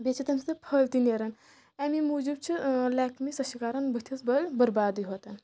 بیٚیہِ چھِ تَمہِ سۭتۍ پھٔلۍ تہِ نیران اَمی موٗجوٗب چھِ لیکمے سۄ چھِ کَران بٕتھِس بٔلۍ بُربادٕے ہوتَن